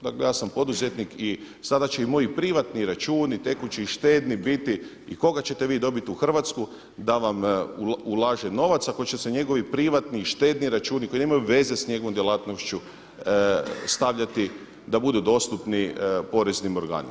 Dakle, ja sam poduzetnik i sada će i moji privatni računi tekući i štedni biti i koga ćete vi dobiti u Hrvatsku da vam ulaže novac ako će se njegovi privatni i štedni računi koji nemaju veze s njegovom djelatnošću stavljati da budu dostupni poreznim organima.